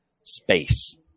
space